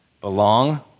Belong